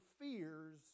fears